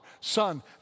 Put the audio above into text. Son